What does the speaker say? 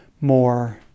more